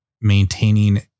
maintaining